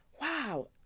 Wow